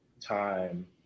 time